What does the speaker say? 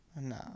No